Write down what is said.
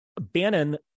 Bannon